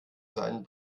seinen